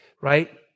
right